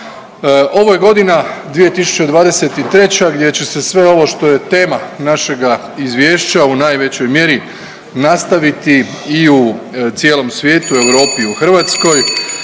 Ovo je godina 2023. gdje će se sve ovo što je tema našega izvješća u najvećoj mjeri nastaviti i u cijelom svijetu, Europi i u Hrvatskoj.